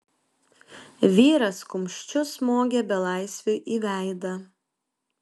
vyras kumščiu smogė belaisviui į veidą